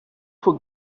for